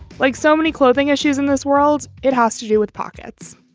like so many clothing issues in this world, it has to do with pockets